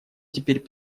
теперь